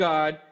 God